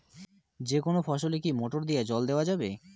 যেকোনো ফসলে কি মোটর দিয়া জল দেওয়া যাবে?